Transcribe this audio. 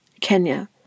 Kenya